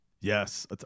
Yes